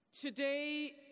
Today